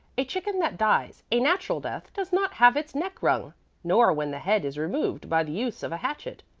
a chicken that dies a natural death does not have its neck wrung nor when the head is removed by the use of a hatchet,